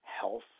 health